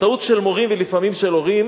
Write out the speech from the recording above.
והטעות של מורים ולפעמים של הורים